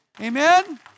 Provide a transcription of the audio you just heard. Amen